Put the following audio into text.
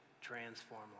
transform